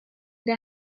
der